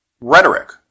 rhetoric